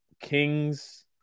Kings